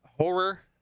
Horror